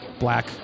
Black